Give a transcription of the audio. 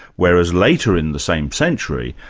whereas later in the same century,